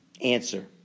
Answer